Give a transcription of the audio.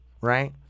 right